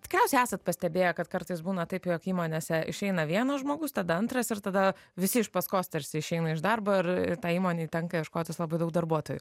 tikriausiai esat pastebėję kad kartais būna taip jog įmonėse išeina vienas žmogus tada antras ir tada visi iš paskos tarsi išeina iš darbo ir ir tai įmonei tenka ieškotis labai daug darbuotojų